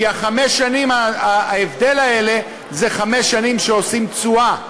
כי חמש השנים האלה הן חמש שנים שעושות תשואה,